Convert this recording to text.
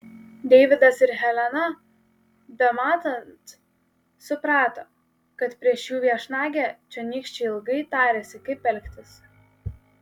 deividas ir helena bematant suprato kad prieš jų viešnagę čionykščiai ilgai tarėsi kaip elgtis